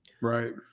right